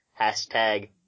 Hashtag